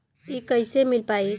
इ कईसे मिल पाई?